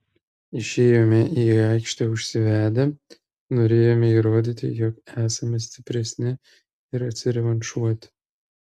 išėjome į aikštę užsivedę norėjome įrodyti jog esame stipresni ir atsirevanšuoti